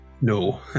no